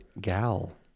Gal